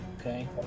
Okay